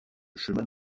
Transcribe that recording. chemin